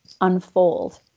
unfold